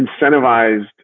incentivized